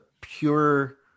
pure